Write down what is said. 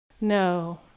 No